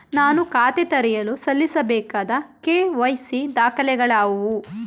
ನಾನು ಖಾತೆ ತೆರೆಯಲು ಸಲ್ಲಿಸಬೇಕಾದ ಕೆ.ವೈ.ಸಿ ದಾಖಲೆಗಳಾವವು?